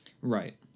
Right